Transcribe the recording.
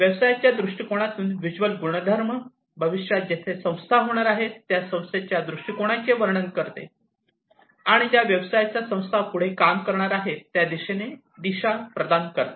व्यवसायाच्या दृष्टीकोनातून व्हिज्युअल गुणधर्म भविष्यात जेथे संस्था होणार आहे त्या संस्थेच्या दृष्टीकोनाचे वर्णन करते आणि ज्या व्यवसायात संस्था पुढे काम करणार आहे त्या दिशेने दिशा प्रदान करते